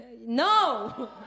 no